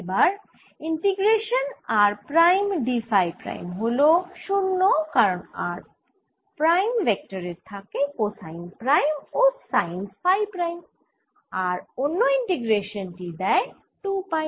এবার integration r prime d phi prime হল 0 কারণ r প্রাইম ভেক্টরের থাকে কোসাইন প্রাইম ও সাইন ফাই প্রাইম আর অন্য ইন্টিগ্রেশান টি দেয় 2 পাই